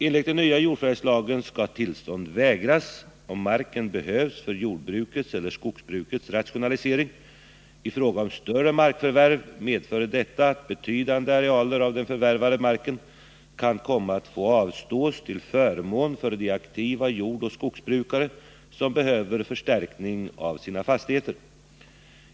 Enligt den nya jordförvärvslagen skall tillstånd vägras om marken behövs för jordbrukets eller skogsbrukets rationalisering. I fråga om större markförvärv medför detta att betydande arealer av den förvärvade marken kan komma att få avstås till förmån för de aktiva jordoch skogsbrukare som behöver förstärkning av sina fastigheter.